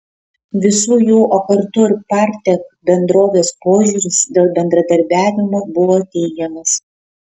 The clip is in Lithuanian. visų jų o kartu ir partek bendrovės požiūris dėl bendradarbiavimo buvo teigiamas